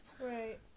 right